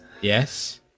yes